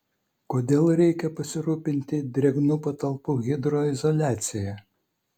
kodėl reikia pasirūpinti drėgnų patalpų hidroizoliacija